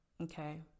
okay